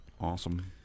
Awesome